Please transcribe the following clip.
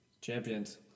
Champions